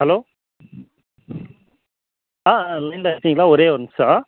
hello ஆ ஆ லயனில் இருக்கிங்களா ஒரே ஒரு நிமிஷம்